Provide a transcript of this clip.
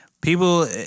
People